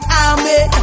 army